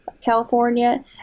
California